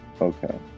Okay